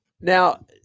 Now